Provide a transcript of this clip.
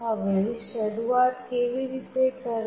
હવે શરૂઆત કેવી રીતે કરવી